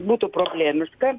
būtų problemiška